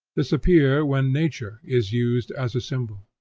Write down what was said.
disappear when nature is used as a symbol.